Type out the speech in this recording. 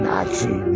Nazi